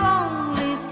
Lonely